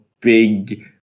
big